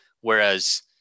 Whereas